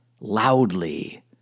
loudly